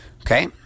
okay